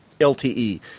LTE